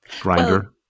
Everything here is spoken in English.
Grinder